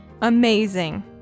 amazing